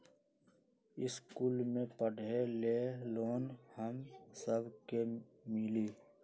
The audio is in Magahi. इश्कुल मे पढे ले लोन हम सब के मिली?